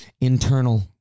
internal